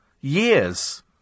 years